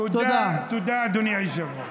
תודה, אדוני היושב-ראש.